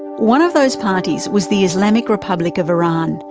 one of those parties was the islamic republic of iran,